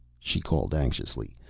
she called anxiously.